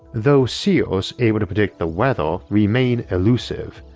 though seers able to predict the weather remain elusive,